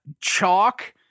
chalk